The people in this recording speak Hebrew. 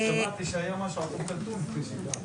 גם שמעתי שהיום השמעתם את אום כולתום לפני שהגעתי.